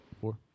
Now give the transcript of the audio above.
Four